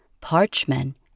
parchment